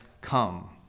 come